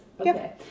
Okay